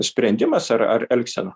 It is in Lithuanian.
sprendimas ar ar elgsena